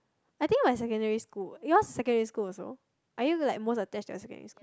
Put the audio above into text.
I think my secondary school yours secondary school also are you like most attached to your secondary school